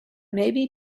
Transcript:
maybe